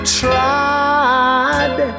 tried